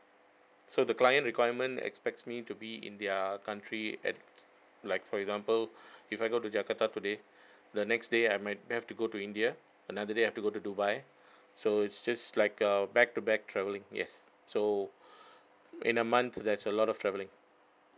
so the client requirement expects me to be in their country at like for example if I go to jakarta today the next day I might have to go to india another day I have to go to dubai so it's just like uh back to back travelling yes so in a month there's a lot of travelling